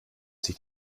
sich